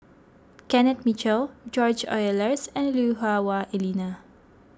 Kenneth Mitchell George Oehlers and Lui Hah Wah Elena